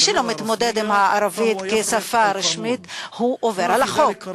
מי שלא מתמודד עם הערבית כשפה רשמית עובר על החוק,